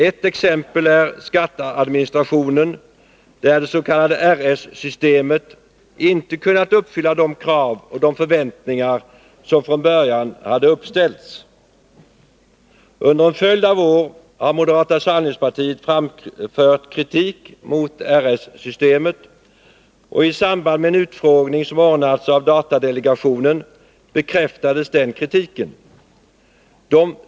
Ett exempel är skatteadministrationen, där det s.k. RS-systemet inte kunnat uppfylla de krav och de förväntningar som från början hade uppställts. Under en följd av år har moderata samlingspartiet framfört kritik mot RS-systemet, och i samband med den utfrågning som ordnats av datadelegationen bekräftades riktigheten i den kritiken.